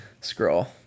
scroll